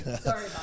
Sorry